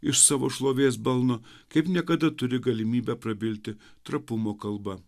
iš savo šlovės balno kaip niekada turi galimybę prabilti trapumo kalba